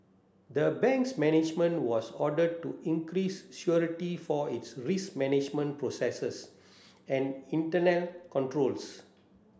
the bank's management was ordered to increase for its risk management processes and internal controls